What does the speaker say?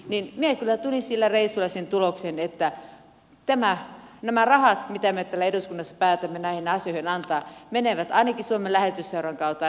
joten minä kyllä tulin sillä reissulla siihen tulokseen että nämä rahat mitä me täällä eduskunnassa päätämme näihin asioihin antaa menevät ainakin suomen lähetysseuran kautta annettuina todellakin perille